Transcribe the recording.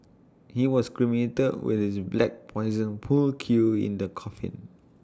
he was cremated with his black Poison pool cue in the coffin